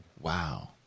Wow